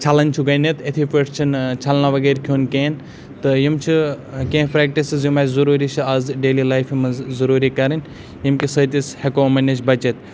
چھَلٕنۍ چھِ گۄڈٕنٮ۪تھ یِتھَے پٲٹھۍ چھِنہٕ چھَلنہٕ بغٲر کھیوٚن کِہینۍ تہٕ یِم چھِ کینٛہہ فرٛٮ۪کٹِسٕز یِم اَسہِ ضروٗری چھِ اَز ڈیلی لایفہِ منٛز ضروٗری کَرٕنۍ ییٚمہِ کہ سۭتۍ أسۍ ہٮ۪کو یِمَن نِش بَچِتھ